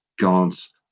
God's